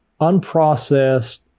unprocessed